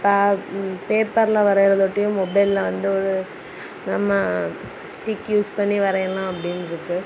பா பேப்பர்ல வரைகிறதொட்டியும் மொபைல்ல வந்து ஒரு நம்ம ஸ்டிக் யூஸ் பண்ணி வரையலாம் அப்படின்ருக்கு